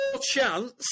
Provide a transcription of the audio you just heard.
chance